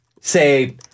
Say